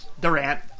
Durant